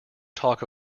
talk